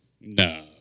No